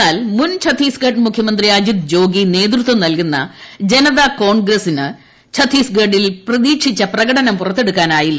എന്നാൽ മുൻ ഛത്തീസ്ഗഡ് മുഖ്യമന്ത്രി അജിത് ജ്യോഗി നേതൃത്വം നൽകുന്ന ജനതാ കോൺഗ്രസ്സ് ഛത്തീസ്ഗഡിന് പ്രതീക്ഷിച്ച പ്രകടനം പുറത്തെടുക്കാനായില്ല